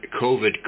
COVID